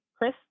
Chris